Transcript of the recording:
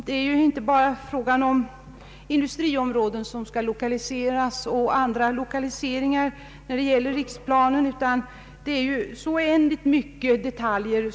Det är här inte bara fråga om lokalisering av industriområden, utan riksplanen innehåller oändligt många detaljer.